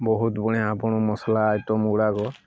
ବହୁତ ବଢ଼ିଆ ଆପଣ ମସଲା ଆଇଟମ୍ଗୁଡ଼ାକ